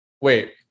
Wait